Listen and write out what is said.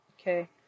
Okay